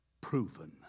Proven